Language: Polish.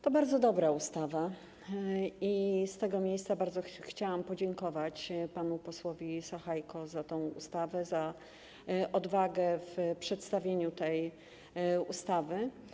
To bardzo dobra ustawa i z tego miejsca bardzo chciałam podziękować panu posłowi Sachajko za tę ustawę, za odwagę w przedstawieniu tej ustawy.